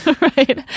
right